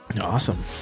Awesome